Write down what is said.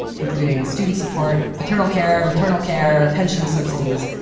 including student support, paternal care, maternal care, pension subsidies,